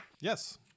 Yes